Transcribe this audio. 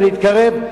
ונתקרב,